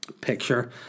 picture